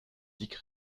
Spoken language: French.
dick